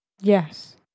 Yes